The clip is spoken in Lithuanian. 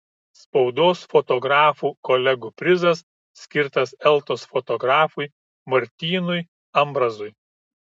spaudos fotografų kolegų prizas skirtas eltos fotografui martynui ambrazui